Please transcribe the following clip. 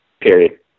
period